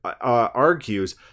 argues